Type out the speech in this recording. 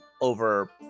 over